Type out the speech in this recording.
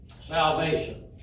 salvation